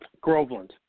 Groveland